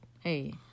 hey